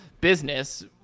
business